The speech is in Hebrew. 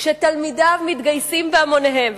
כשתלמידיו מתגייסים בהמוניהם,